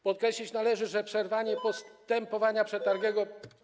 Podkreślić należy, że przerwanie postępowania przetargowego.